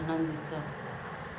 ଆନନ୍ଦିତ